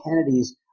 Kennedy's